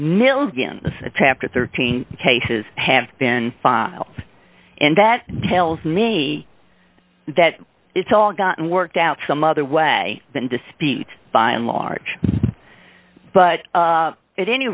millions a chapter thirteen cases have been filed and that tells me that it's all gotten worked out some other way than to speed by and large but at any